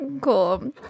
Cool